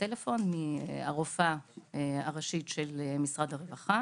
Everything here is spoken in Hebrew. טלפון מהרופאה הראשית של משרד הרווחה